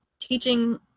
teaching